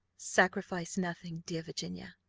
sacrifice nothing, dear virginia.